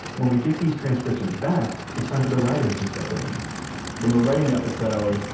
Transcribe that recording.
when we get these transcriptions back, it's time for the writers to step in when we're writing the episode,